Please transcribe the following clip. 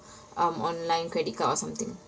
um online credit card or something